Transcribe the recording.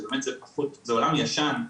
שזה עולם ישן,